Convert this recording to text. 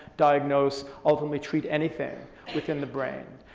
diagnose, ultimately treat anything within the brain?